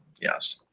Yes